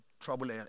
trouble